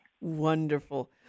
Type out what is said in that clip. Wonderful